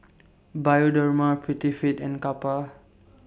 Bioderma Prettyfit and Kappa